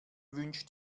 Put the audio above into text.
wünsch